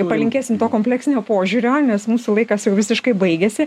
palinkėsim to kompleksinio požiūrio nes mūsų laikas jau visiškai baigiasi